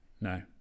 no